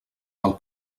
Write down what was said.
del